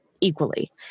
equally